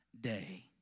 day